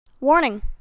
Warning